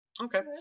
Okay